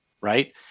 right